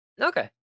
Okay